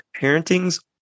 Parenting's